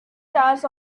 stars